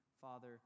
Father